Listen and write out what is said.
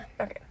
okay